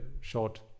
short